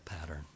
pattern